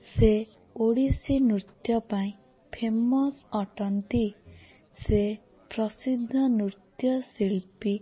ସେ ଓଡ଼ିଶୀ ନୃତ୍ୟ ପାଇଁ ଫେମସ୍ ଅଟନ୍ତି ସେ ପ୍ରସିଦ୍ଧ ନୃତ୍ୟ ଶିଳ୍ପୀ